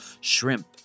shrimp